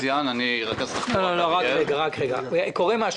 רכז תחבורה באגודת